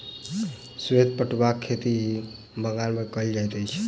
श्वेत पटुआक खेती बंगाल मे कयल जाइत अछि